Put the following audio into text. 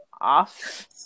off-